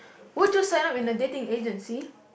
would you sign up in a dating agency